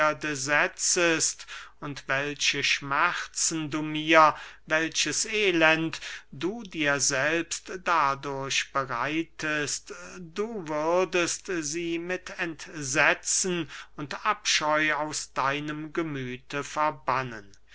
setzest und welche schmerzen du mir welches elend du dir selbst dadurch bereitest du würdest sie mit entsetzen und abscheu aus deinem gemüthe verbannen